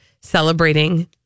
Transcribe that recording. celebrating